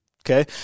Okay